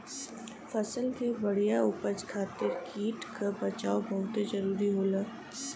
फसल के बढ़िया उपज खातिर कीट क बचाव बहुते जरूरी होला